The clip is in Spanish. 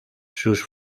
sus